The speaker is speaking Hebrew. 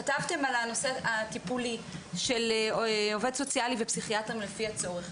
כתבתם על הנושא הטיפולי של עובד סוציאלי ופסיכיאטר ופסיכולוג לפי הצורך.